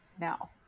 now